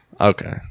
Okay